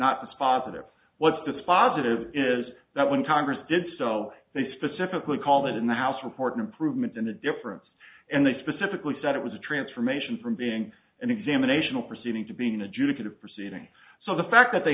not dispositive what's dispositive is that when congress did so they specifically called it in the house report an improvement in the difference and they specifically said it was a transformation from being an examination of proceeding to being adjudicated proceeding so the fact that they